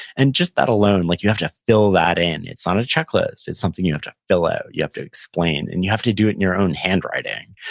and just that alone, like you have to fill that in. it's not a checklist. it's something you have to fill out, you have to explain, and you have to do it in your own handwriting,